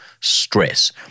stress